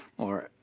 or,